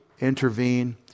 intervene